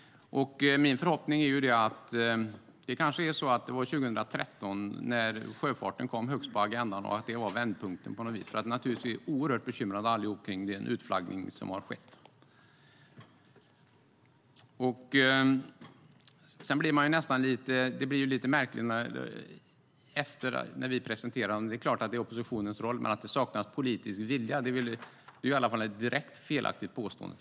Min förhoppning är ju att det kanske 2013 är så att sjöfarten kommer högst på agendan och att vi har en vändpunkt på något vis. Naturligtvis är vi allihop oerhört bekymrade över den utflaggning som har skett. Det blir lite märkligt när oppositionen efter att vi har presenterat vårt förslag säger att det saknas politisk vilja. Det är klart att det är oppositionens roll, men det är i alla fall ett direkt felaktigt påstående.